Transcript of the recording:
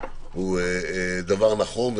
הוא דבר נכון,